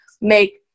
make